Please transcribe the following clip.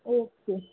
okay